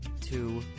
two